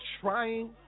trying